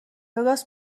وگاس